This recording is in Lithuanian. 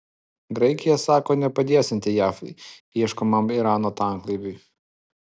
graikija sako nepadėsianti jav ieškomam irano tanklaiviui